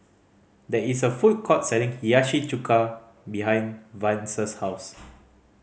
there is a food court selling Hiyashi Chuka behind Vance's house